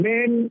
Men